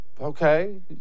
okay